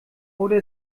oder